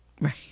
right